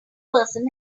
person